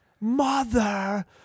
Mother